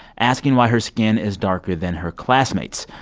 asking why her skin is darker than her classmates.